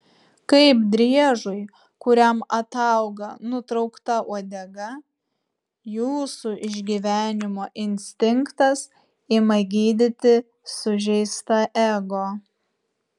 kaip driežui kuriam atauga nutraukta uodega jūsų išgyvenimo instinktas ima gydyti sužeistą ego